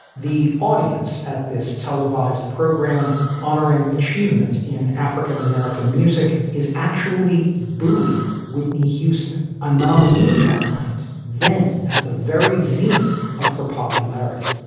the audience at this televised program honoring achievement in african-american music is actually booing whitney houston, a nominee that night. then at the very zenith of her popularity,